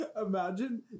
imagine